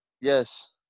Yes